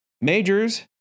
Majors